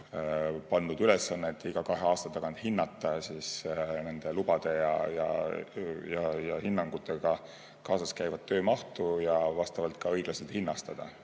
pandud ülesannet iga kahe aasta tagant hinnata nende lubade ja hinnangutega kaasas käiva töö mahtu ja õiglaselt hinnastada.